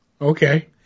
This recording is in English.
Okay